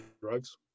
drugs